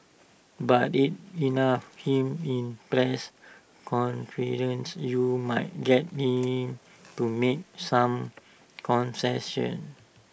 but IT enough him in press conference you might get him to make some concessions